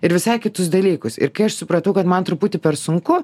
ir visai kitus dalykus ir kai aš supratau kad man truputį per sunku